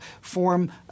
form –